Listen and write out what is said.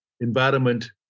environment